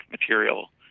material